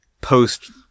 post